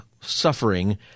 suffering